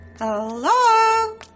Hello